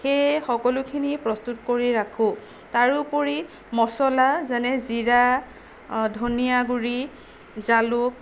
সেয়ে সকলোখিনি প্ৰস্তুত কৰি ৰাখোঁ তাৰোপৰি মছলা যেনে জিৰা ধনিয়াগুড়ি জালুক